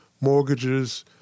mortgages